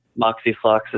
Moxifloxacin